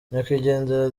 nyakwigendera